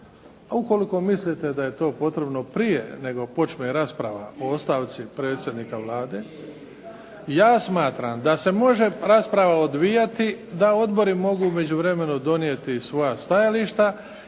ukoliko mislite da je to potrebno prije nego počne rasprava o ostavci predsjednika Vlade. Ja smatram da se može rasprava odvijati da odbori mogu u međuvremenu donijeti svoja stajališta